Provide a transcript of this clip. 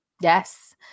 Yes